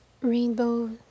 Rainbow